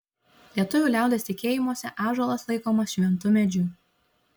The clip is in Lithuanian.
lietuvių liaudies tikėjimuose ąžuolas laikomas šventu medžiu